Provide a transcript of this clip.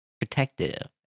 protective